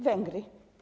Węgry.